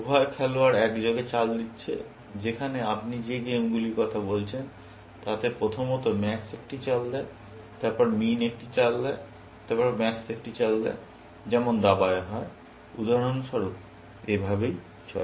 উভয় খেলোয়াড় একযোগে চাল দিচ্ছে যেখানে আপনি যে গেমগুলির কথা বলছেন তাতে প্রথমত ম্যাক্স একটি চাল দেয় তারপর মিন একটি চাল দেয় তারপর ম্যাক্স একটি চাল দেয় যেমন দাবায় হয় উদাহরণস্বরূপ এভাবেই চলে